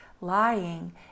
lying